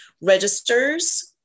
registers